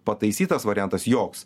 pataisytas variantas joks